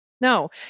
No